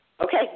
Okay